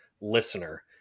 listener